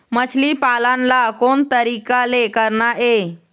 मछली पालन ला कोन तरीका ले करना ये?